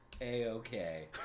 a-okay